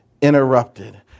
interrupted